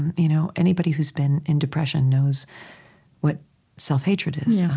you know anybody who's been in depression knows what self-hatred is.